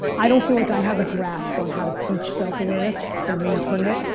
i don't feel like i have a grasp on how to teach self-awareness or maintain it.